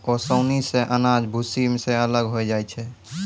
ओसौनी सें अनाज भूसी सें अलग होय जाय छै